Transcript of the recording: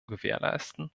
gewährleisten